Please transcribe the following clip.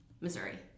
Missouri